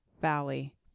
Valley